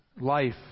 life